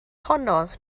honnodd